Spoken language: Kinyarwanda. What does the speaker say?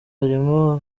barimo